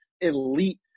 elite